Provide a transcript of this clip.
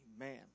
Amen